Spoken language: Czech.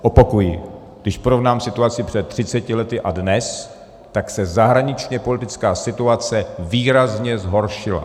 Opakuji, když porovnám situaci před 30 lety a dnes, tak se zahraničněpolitická situace výrazně zhoršila.